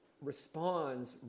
responds